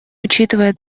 учитывая